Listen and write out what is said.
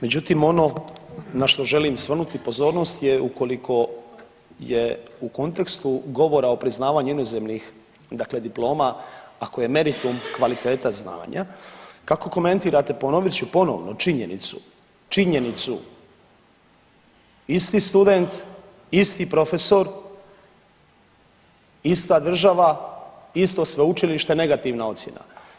Međutim, ono na što želim svrnuti pozornost je ukoliko je u kontekstu govora o priznavanju inozemnih dakle diploma, ako je meritum kvaliteta znanja kako komentirate, ponovit ću ponovno činjenicu, činjenicu isti student, isti profesor, ista država, isto sveučilište, negativna ocjena.